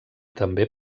també